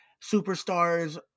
superstars